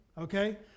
okay